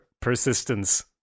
Persistence